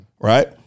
Right